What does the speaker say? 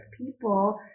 people